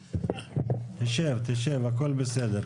תשב, הכל בסדר.